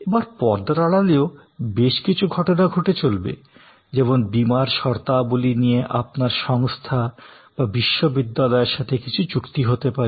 আবার পর্দার আড়ালেও বেশ কিছু ঘটনা ঘটে চলবে যেমন বীমার শর্তাবলী নিয়ে আপনার সংস্থা বা বিশ্ববিদ্যালয়ের সাথে কিছু চুক্তি হতে পারে